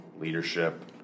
leadership